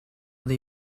dei